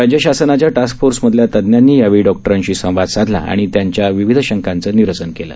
राज्यशासनाच्या टास्कफोर्समधल्या तज्ञांनी यावेळी डॉक्टरांशी संवाद साधला आणि त्यांच्या विविध शंकांचं निरसन केलं